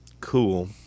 Cool